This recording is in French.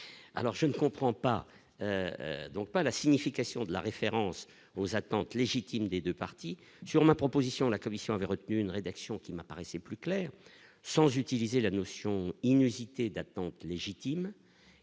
alors je ne comprends pas donc pas la signification de la référence aux attentes légitimes des 2 parties sur ma proposition de la Commission avait retenu une rédaction qui m'apparaissait plus clair sans utiliser la notion inusité d'attente légitime